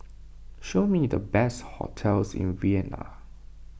show me the best hotels in Vienna